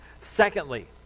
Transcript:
Secondly